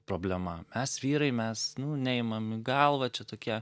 problema mes vyrai mes nu neimam į galvą čia tokia